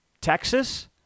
Texas